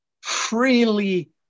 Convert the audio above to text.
freely